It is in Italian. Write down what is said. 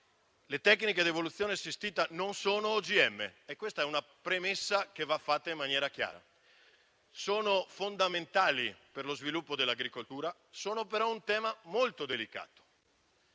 le tecniche di evoluzione assistita non sono OGM, e questa è una premessa che va fatta in maniera chiara. Sono tecniche fondamentali per lo sviluppo dell'agricoltura, ma rappresentano un tema molto delicato